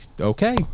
okay